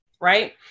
right